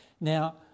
Now